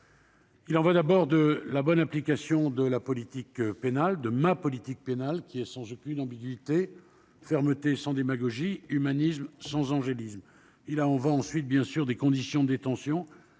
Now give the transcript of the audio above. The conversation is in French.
Il y va d'abord de la bonne application de ma politique pénale, qui est sans aucune ambiguïté : fermeté sans démagogie, humanisme sans angélisme. Il y va ensuite des conditions de détention,